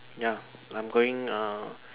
ya I'm going uh